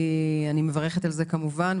אני מברכת על זה כמובן,